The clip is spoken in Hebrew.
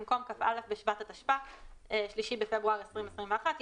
במקום "כ"א בשבט התשפ"א (3 בפברואר 2021)",